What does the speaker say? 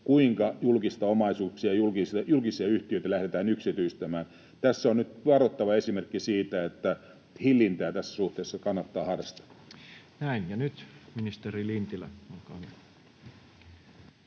kuinka julkista omaisuutta, julkisia yhtiöitä lähdetään yksityistämään. Tässä on nyt varoittava esimerkki siitä, että hillintää tässä suhteessa kannattaa harrastaa. Ja nyt ministeri Lintilä,